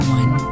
one